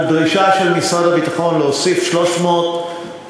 דרישה של משרד הביטחון להוסיף 300 עובדים.